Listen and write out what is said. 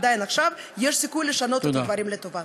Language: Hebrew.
עדיין יש סיכוי לשנות את הדברים לטובה.